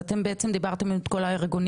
אז אתם דיברתם עם כל הארגונים,